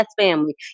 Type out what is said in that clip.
family